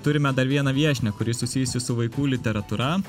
turime dar vieną viešnią kuri susijusi su vaikų literatūra